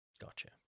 Gotcha